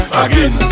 again